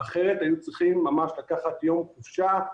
אחרת הם צריכים לקחת יום חופשה,